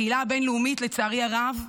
הקהילה הבין-לאומית, לצערי הרב,